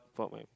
for my